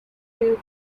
proved